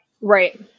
Right